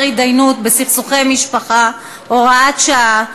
התדיינויות בסכסוכי משפחה (הוראת שעה)